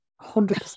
Hundred